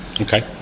Okay